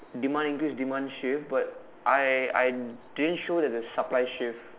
demand English demand shift but I I didn't show that the supply shift